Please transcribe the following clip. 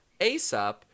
ASAP